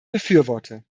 befürworte